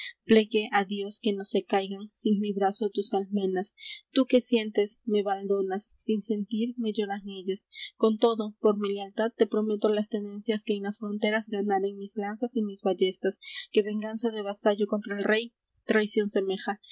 plegue á dios que no se caigan sin mi brazo tus almenas tú que sientes me baldonas sin sentir me lloran ellas con todo por mi lealtad te prometo las tenencias que en las fronteras ganaren mis lanzas y mis ballestas que venganza de vasallo contra el rey traición semeja y